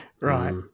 Right